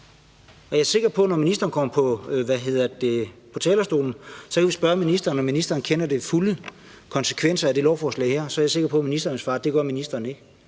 det her lovforslag. Når ministeren kommer på talerstolen, kan vi spørge ministeren, om hun kender de fulde konsekvenser af det her lovforslag, og så er jeg sikker på, at ministeren vil svare, at det gør hun ikke.